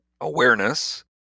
awareness